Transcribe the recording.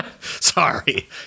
Sorry